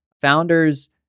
founders